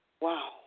Wow